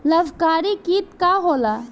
लाभकारी कीट का होला?